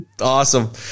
awesome